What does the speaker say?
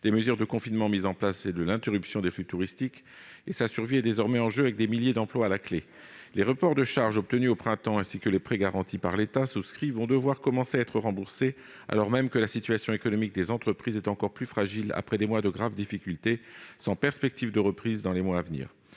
drastiques de confinement mises en place et de l'interruption des flux touristiques. Sa survie est désormais en jeu, avec des milliers d'emplois à la clé. Les reports de charges obtenus au printemps ainsi que les prêts garantis par l'État souscrits par les professionnels vont devoir commencer à être remboursés, alors même que la situation économique des entreprises est encore plus fragile, après des mois de graves difficultés et aucune perspective de reprise dans les mois à venir.